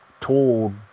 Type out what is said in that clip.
told